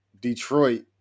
Detroit